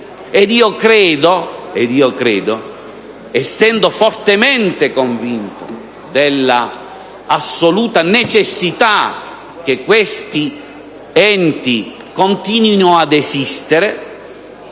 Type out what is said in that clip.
Ed io sono fortemente convinto dell'assoluta necessità che questi enti continuino ad esistere,